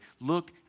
Look